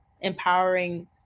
empowering